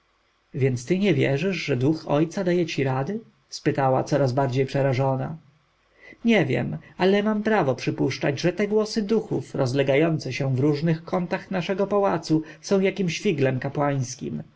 więc ty nie wierzysz że duch ojca daje ci rady spytała coraz bardziej przerażona nie wiem ale mam prawo przypuszczać że te głosy duchów rozlegające się w różnych kątach naszego pałacu są jakimś figlem kapłańskim